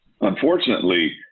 Unfortunately